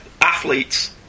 athletes